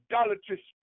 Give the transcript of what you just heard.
idolatry